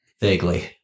Vaguely